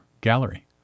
gallery